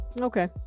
okay